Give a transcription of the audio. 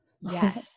Yes